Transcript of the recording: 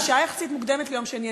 זאת שעה יחסית מוקדמת ליום שני,